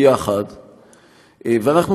אנחנו נחכה עד שיגיע המועד הזה,